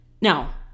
Now